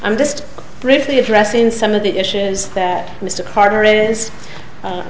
i'm just briefly addressing some of the issues that mr carter is